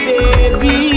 Baby